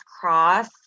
cross